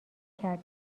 کرد